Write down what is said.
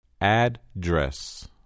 Address